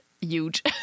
huge